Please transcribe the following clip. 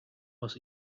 was